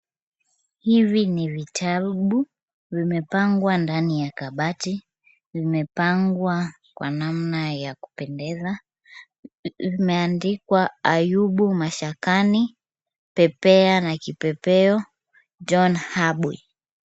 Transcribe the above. Hivi ni vitabu vimepangwa ndani ya kabati. Vimepangwa kwa namna ya kupendeza, vimeandikwa Ayubu mashakani, pepea na kipepeo, John Habwe.